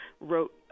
wrote